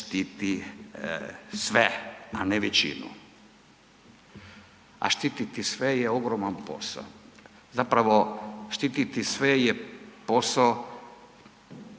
štiti sve, a ne većinu. A štititi sve je ogroman posao. Zapravo štititi sve je posao